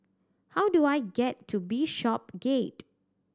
how do I get to Bishopsgate